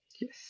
Yes